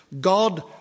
God